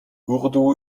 urdu